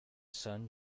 son